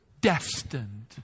destined